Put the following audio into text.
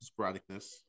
sporadicness